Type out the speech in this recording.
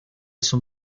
son